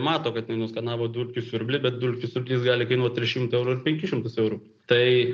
mato kad ji nuskanavo dulkių siurblį bet dulkių siurblys gali kainuot tri šimtų eurų ir penkis šimtus eurų tai